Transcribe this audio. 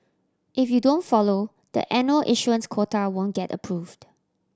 if you don't follow the annual issuance quota won't get approved